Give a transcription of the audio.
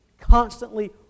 constantly